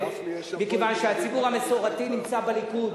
מכיוון שהציבור המסורתי נמצא בליכוד.